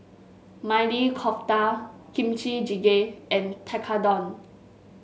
Maili Kofta Kimchi Jjigae and Tekkadon